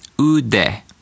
Ude